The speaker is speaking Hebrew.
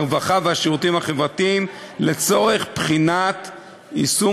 הרווחה והשירותים החברתיים לצורך בחינת יישום